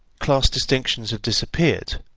class distinctions have disappeared,